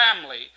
family